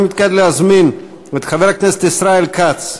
אני מתכבד להזמין את חבר הכנסת ישראל כץ,